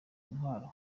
intwaro